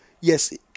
yes